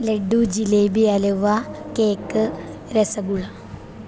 laddu jalebi halwa cake rasgulla